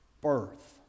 birth